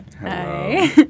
Hi